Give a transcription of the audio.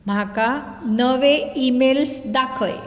म्हाका नवे ईमेल्स दाखय